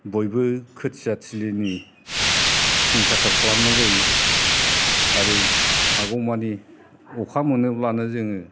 बयबो खोथिया थिलिनि सिं साखोर खालामनाय जायो आरो हागौमानि अखा मोनोब्लानो जोङो